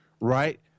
right